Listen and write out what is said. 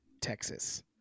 Texas